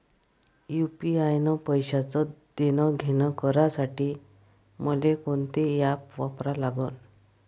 UPI न पैशाचं देणंघेणं करासाठी मले कोनते ॲप वापरा लागन?